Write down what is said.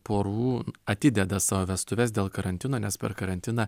porų atideda savo vestuves dėl karantino nes per karantiną